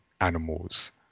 animals